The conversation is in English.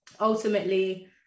ultimately